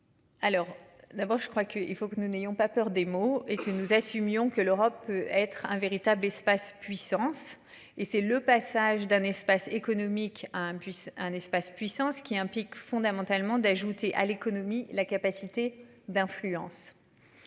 Alors d'abord je crois que il faut que nous n'ayons pas peur des mots et que nous assumions que l'Europe. Être un véritable espace puissance et c'est le passage d'un espace économique à un bus, un espace puissance qui, un pic fondamentalement d'ajouter à l'économie, la capacité d'influence.